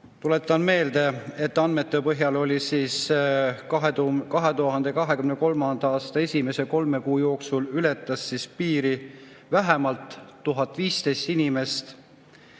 Tuletan meelde, et nende andmete põhjal 2023. aasta esimese kolme kuu jooksul ületas piiri vähemalt 1015 inimest